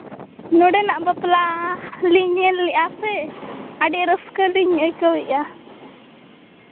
ᱱᱚᱰᱮᱱᱟᱜ ᱵᱟᱯᱞᱟ ᱞᱤᱧ ᱧᱮᱞ ᱞᱮᱜᱼᱟ ᱥᱮ ᱟᱹᱰᱤ ᱨᱟᱹᱥᱠᱟᱹ ᱞᱤᱧ ᱟᱹᱭᱠᱟᱹᱣᱮᱫᱼᱟ